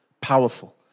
powerful